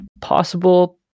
possible